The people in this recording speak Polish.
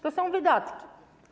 To są wydatki.